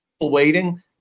waiting